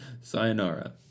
Sayonara